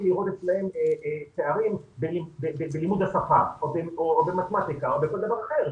לראות אצלם פערים בלימוד השפה או במתמטיקה או בכל דבר אחר,